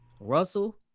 Russell